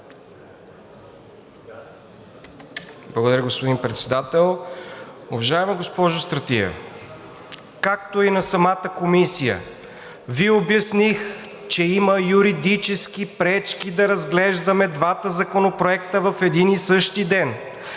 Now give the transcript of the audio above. Благодаря, господин Председател. Уважаема госпожо Стратиева, както и на самата комисия Ви обясних, че има юридически пречки да разглеждаме двата законопроекта в един и същи ден.